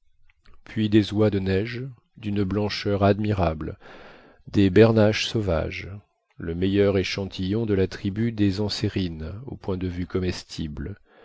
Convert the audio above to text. puis des oies de neige d'une blancheur admirable des bernaches sauvages le meilleur échantillon de la tribu des ansérines au point de vue comestible